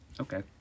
okay